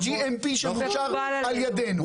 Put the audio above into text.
ב-GMP שמאושר על ידינו,